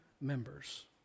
members